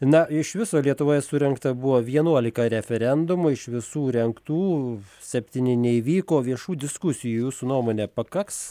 na iš viso lietuvoje surengta buvo vienuolika referendumų iš visų rengtų septyni neįvyko viešų diskusijų jūsų nuomone pakaks